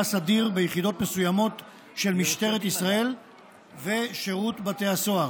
סדיר ביחידות מסוימות של משטרת ישראל ושירות בתי הסוהר.